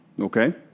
Okay